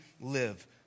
live